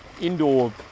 indoor